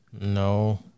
No